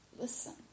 Listen